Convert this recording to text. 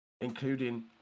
including